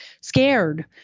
scared